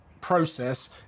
process